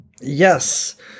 Yes